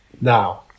Now